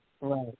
Right